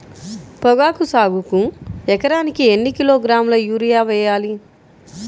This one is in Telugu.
పొగాకు సాగుకు ఎకరానికి ఎన్ని కిలోగ్రాముల యూరియా వేయాలి?